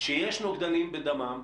שיש נוגדנים בדמם,